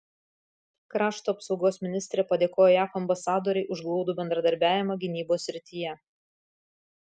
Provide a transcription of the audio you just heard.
krašto apsaugos ministrė padėkojo jav ambasadorei už glaudų bendradarbiavimą gynybos srityje